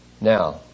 Now